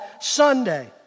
Sunday